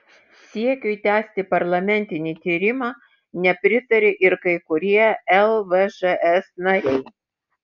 siekiui tęsti parlamentinį tyrimą nepritaria ir kai kurie lvžs nariai